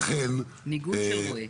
ניגון של רועה.